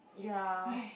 ya